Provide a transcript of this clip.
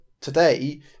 today